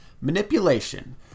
Manipulation